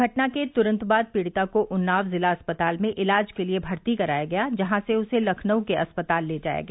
घटना के तुरंत बाद पीड़िता को उन्नाव जिला अस्पताल में इलाज के लिए भर्ती कराया गया जहां से उसे लखनऊ के अस्पताल ले जाया गया